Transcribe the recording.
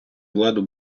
владу